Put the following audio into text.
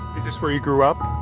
is this where you grew up?